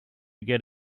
get